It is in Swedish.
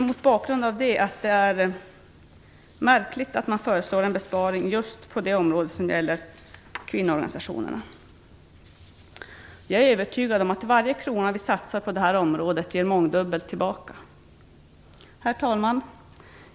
Mot bakgrund av detta är det märkligt att man föreslår en besparing just på det område som gäller kvinnoorganisationerna. Jag är övertygad om att varje krona som satsas på detta område ger mångdubbelt tillbaka. Herr talman!